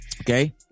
Okay